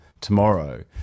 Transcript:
tomorrow